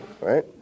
Right